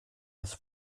das